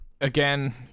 again